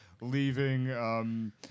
leaving